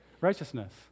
Righteousness